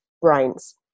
brains